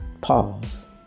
pause